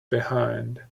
behind